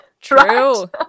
True